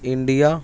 India